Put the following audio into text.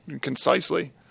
concisely